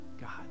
God